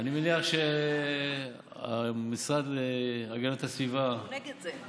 אני מניח שהמשרד להגנת הסביבה, הוא נגד זה.